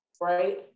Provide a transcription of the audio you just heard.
right